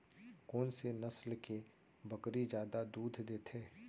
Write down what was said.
कोन से नस्ल के बकरी जादा दूध देथे